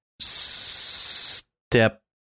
step